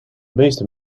meeste